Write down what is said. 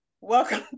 Welcome